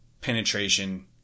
penetration